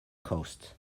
coast